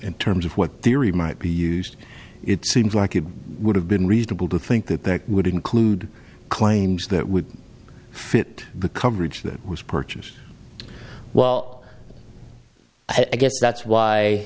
in terms of what the erie might be used it seems like it would have been reasonable to think that that would include claims that would fit the coverage that was purchased well i guess that's why